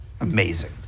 Amazing